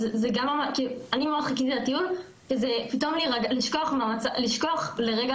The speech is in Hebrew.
אני ממש חיכיתי לטיול כדי לשכוח לרגע